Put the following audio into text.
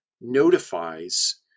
notifies